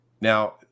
Now